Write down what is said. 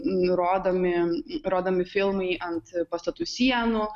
nurodomi rodomi filmai ant pastatų sienų